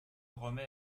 remet